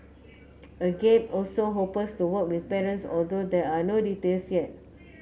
agape also to work with parents although there are no details yet